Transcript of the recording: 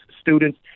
Students